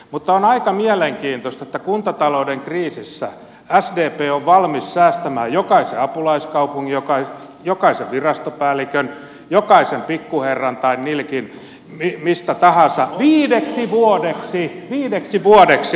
mutta on aika mielenkiintoista että kuntatalouden kriisissä sdp on valmis säästämään jokaisen apulaiskaupunginjohtajan jokaisen virastopäällikön jokaisen pikkuherran tai nilkin mistä tahansa viideksi vuodeksi viideksi vuodeksi